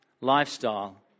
lifestyle